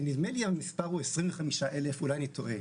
נדמה לי שהמספר הוא 25,000 אולי אני טועה